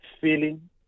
feeling